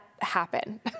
happen